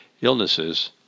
illnesses